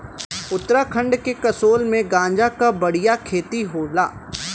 उत्तराखंड के कसोल में गांजा क बढ़िया खेती होला